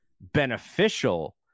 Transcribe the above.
beneficial